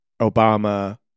Obama